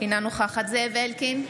אינה נוכחת זאב אלקין,